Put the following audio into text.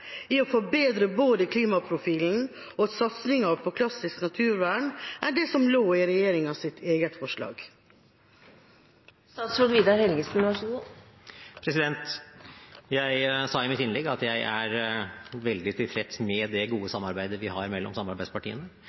å forbedre både klimaprofilen og satsingen på klassisk naturvern sammenlignet med det som lå i regjeringas eget forslag. Jeg sa i mitt innlegg at jeg er veldig tilfreds med det gode samarbeidet vi har med samarbeidspartiene.